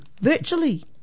virtually